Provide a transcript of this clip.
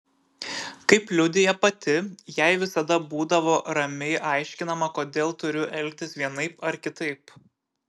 kaip liudija pati jai visada būdavo ramiai aiškinama kodėl turiu elgtis vienaip ar kitaip